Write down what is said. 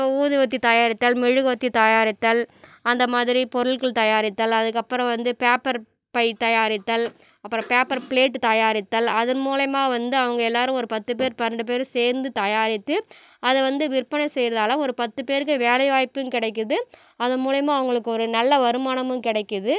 ஊதுபத்தி தயாரித்தல் மெழுகுவத்தி தயாரித்தல் அந்த மாதிரி பொருள்கள் தயாரித்தல் அதற்கப்பறம் வந்து பேப்பர்ப்பை தயாரித்தல் அப்பறம் பேப்பர் ப்ளேட் தயாரித்தல் அதன் மூலியமாக வந்து அவங்க எல்லாரும் ஒரு பத்து பேர் பன்னெண்டு பேரும் சேர்ந்து தயாரித்து அதை வந்து விற்பனை செய்றதால் ஒரு பத்து பேருக்கு வேலை வாய்ப்பும் கிடைக்கிது அதன் மூலியமாக அவங்களுக்கு ஒரு நல்ல வருமானமும் கிடைக்கிது